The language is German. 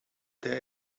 der